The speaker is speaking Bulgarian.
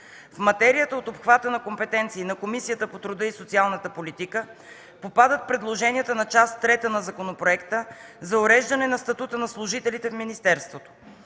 В материята от обхвата на компетенции на Комисията по труда и социалната политика попадат предложенията на Част трета на законопроекта за уреждане на статута на служителите в министерството.